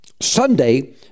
Sunday